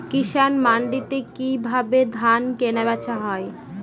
কৃষান মান্ডিতে কি ভাবে ধান কেনাবেচা হয়?